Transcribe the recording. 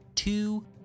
Two